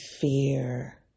fear